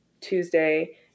Tuesday